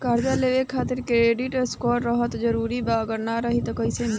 कर्जा लेवे खातिर क्रेडिट स्कोर रहल जरूरी बा अगर ना रही त कैसे मिली?